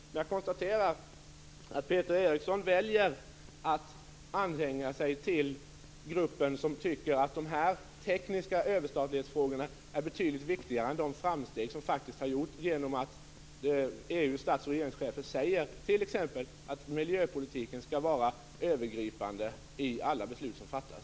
Men jag konstaterar att Peter Eriksson väljer att ansluta sig till gruppen som tycker att dessa tekniska frågor om överstatlighet är betydligt viktigare än de framsteg som faktiskt har gjorts genom att EU:s stats och regeringschefer t.ex. säger att miljöpolitiken skall vara övergripande i alla beslut som fattas.